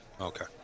Okay